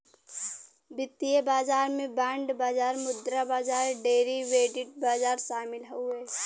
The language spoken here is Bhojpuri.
वित्तीय बाजार में बांड बाजार मुद्रा बाजार डेरीवेटिव बाजार शामिल हउवे